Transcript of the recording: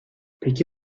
peki